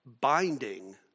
binding